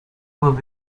would